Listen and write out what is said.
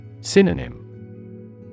Synonym